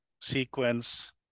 sequence